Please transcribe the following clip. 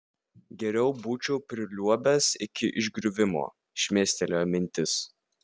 geriau būčiau priliuobęs iki išgriuvimo šmėstelėjo mintis